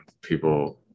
people